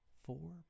Four